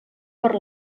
per